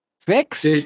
fixed